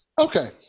Okay